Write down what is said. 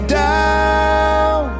down